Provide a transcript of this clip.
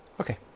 Okay